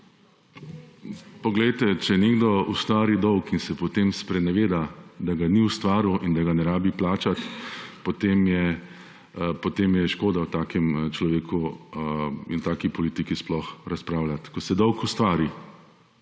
Poglejte, če nekdo ustvari dolg in se, potem spreneveda, da ga ni ustvaril in da ga ne rabi plačati, potem je škoda o takem človeku in taki politiki sploh razpravljati. Ko se dolg ustvari